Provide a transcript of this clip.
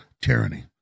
tyranny